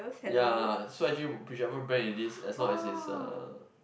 ya so actually whichever brand it is as long as is a